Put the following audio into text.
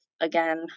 Again